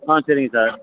ஆ சரிங்க சார்